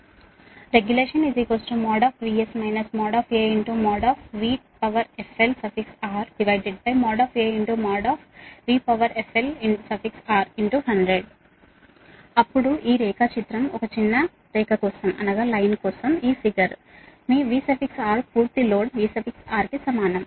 రెగ్యులేషన్VS |A||VRFL||A||VRFL|100 అప్పుడు ఒక short line కోసం ఈ రేఖాచిత్రం మీ VR పూర్తి లోడ్ VR కి సమానం